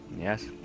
yes